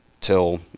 till